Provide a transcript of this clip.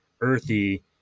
earthy